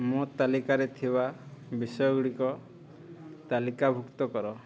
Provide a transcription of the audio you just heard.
ମୋ ତାଲିକାରେ ଥିବା ବିଷୟ ଗୁଡ଼ିକ ତାଲିକାଭୁକ୍ତ କର